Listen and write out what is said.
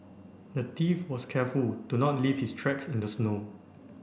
the thief was careful to not leave his tracks in the snow